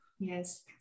Yes